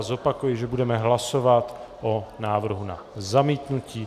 Zopakuji, že budeme hlasovat o návrhu na zamítnutí.